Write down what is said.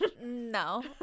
no